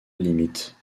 limite